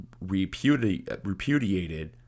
repudiated